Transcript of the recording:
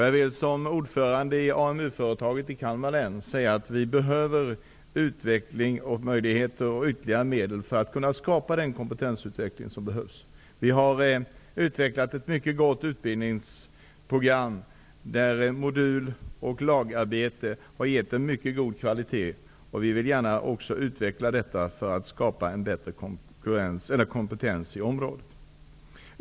Jag vill som ordförande i AMU-företaget i Kalmar län säga att vi behöver utvecklingsmöjligheter och ytterligare medel för att skapa den kompetensutveckling som behövs. Vi har utvecklat ett mycket gott utbildningsprogram, där moduloch lagarbete har gett en mycket god kvalitet. Vi vill gärna utveckla det för att skapa en bättre kompetens i området.